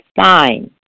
fine